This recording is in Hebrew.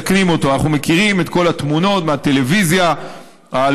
אנחנו מכירים את אותן תמונות מהטלוויזיה של